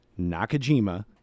Nakajima